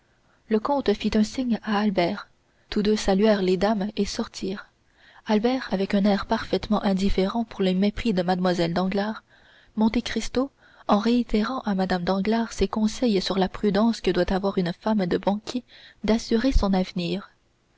le comte fit un signe à albert tous deux saluèrent les dames et sortirent albert avec un air parfaitement indifférent pour les mépris de mlle danglars monte cristo en réitérant à mme danglars ses conseils sur la prudence que doit avoir une femme de banquier d'assurer son avenir